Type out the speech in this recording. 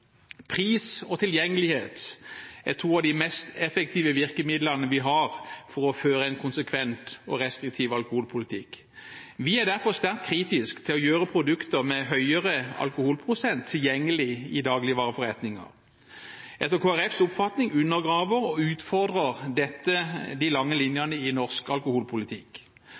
Pris og tilgjengelighet er to av de mest effektive virkemidlene vi har for å føre en konsekvent og restriktiv alkoholpolitikk. Vi er derfor sterkt kritisk til å gjøre produkter med høyere alkoholprosent tilgjengelig i dagligvareforretninger. Etter Kristelig Folkepartis oppfatning undergraver og utfordrer dette de lange linjene i norsk alkoholpolitikk.